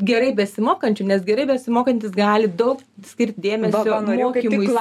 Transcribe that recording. gerai besimokančių nes gerai besimokantis gali daug skirt dėmesio mokymuisi